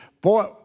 Boy